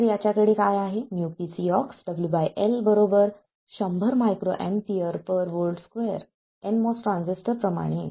तर याच्याकडे काय आहे µpcoxWL 100 µAV2 nMOS ट्रान्झिस्टर प्रमाणेच